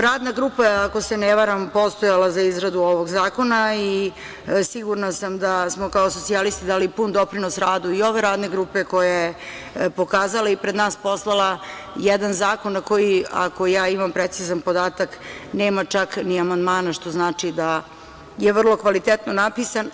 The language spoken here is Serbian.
Radna grupa, ako se ne varam, je postojala za izradu ovog zakona i sigurna sam da smo kao socijalisti dali pun doprinos radu i ove radne grupe koja je pokazala i pred nas poslala jedan zakon na koji, ako ja imam precizan podatak, nema čak ni amandmana, što znači da je vrlo kvalitetno napisan.